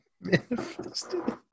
Manifested